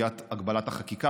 סוגיית הגבלת החקיקה,